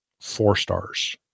four-stars